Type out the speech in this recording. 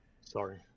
sorry